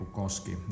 koski